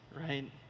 right